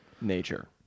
nature